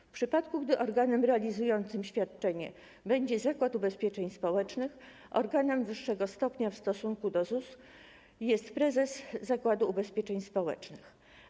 W przypadku gdy organem realizującym świadczenie będzie Zakład Ubezpieczeń Społecznych, organem wyższego stopnia w stosunku do ZUS będzie prezes Zakładu Ubezpieczeń Społecznych.